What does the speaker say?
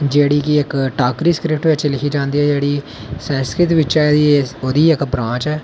जेह्ड़ी कि इक्क टाकरी सक्रिप्ट बिच लिखी जंदी ऐ जेह्ड़ी ते संस्कृत बिच ओह्दी इक ब्रांच ऐ